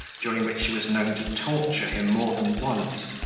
during which she was known to torture him more than once,